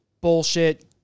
bullshit